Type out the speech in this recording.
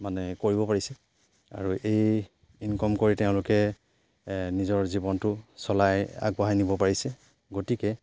মানে কৰিব পাৰিছে আৰু এই ইনকম কৰি তেওঁলোকে নিজৰ জীৱনটো চলাই আগবঢ়াই নিব পাৰিছে গতিকে